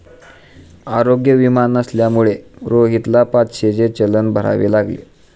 आरोग्य विमा नसल्यामुळे रोहितला पाचशेचे चलन भरावे लागले